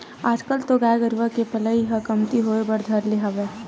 आजकल तो गाय गरुवा के पलई ह कमती होय बर धर ले हवय